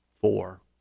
four